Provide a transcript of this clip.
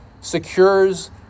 secures